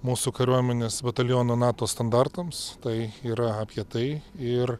mūsų kariuomenės bataliono nato standartams tai yra apie tai ir